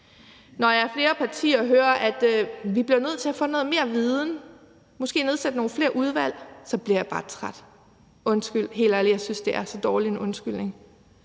Når jeg fra flere partier hører, at vi bliver nødt til at få noget mere viden, måske nedsætte nogle flere udvalg, bliver jeg bare træt. Undskyld, jeg synes helt ærligt, det er så dårlig en undskyldning.